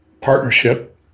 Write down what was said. partnership